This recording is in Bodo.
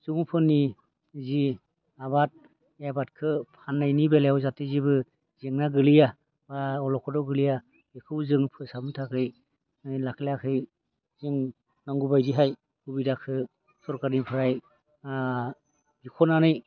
सुबुंफोरनि जि आबाद बे आबादखो फाननायनि बेलायाव जाहाथे जेबो जेंना गोग्लैया बा अल'खदाव गोग्लैया बेखौ जों फोसाबनो थाखै लाखै लाखै जों नांगौबायदियै सुबिदाखो सरखारनिफ्राय ओ बिख'नानै